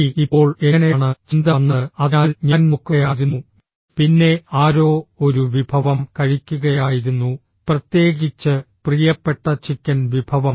ശരി ഇപ്പോൾ എങ്ങനെയാണ് ചിന്ത വന്നത് അതിനാൽ ഞാൻ നോക്കുകയായിരുന്നു പിന്നെ ആരോ ഒരു വിഭവം കഴിക്കുകയായിരുന്നു പ്രത്യേകിച്ച് പ്രിയപ്പെട്ട ചിക്കൻ വിഭവം